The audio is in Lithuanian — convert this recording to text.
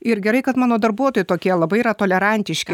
ir gerai kad mano darbuotojai tokie labai yra tolerantiški